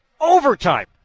overtime